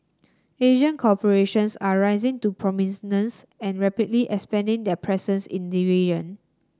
Asian corporations are rising to and rapidly expanding their presence in the region